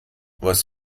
was